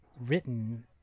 written